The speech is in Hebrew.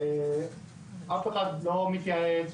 אף אחד לא מתייעץ,